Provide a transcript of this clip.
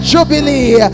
Jubilee